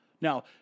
Now